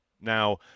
now